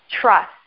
trust